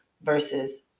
versus